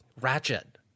Ratchet